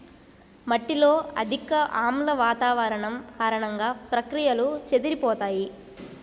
మట్టిలో అధిక ఆమ్ల వాతావరణం కారణంగా, ప్రక్రియలు చెదిరిపోతాయి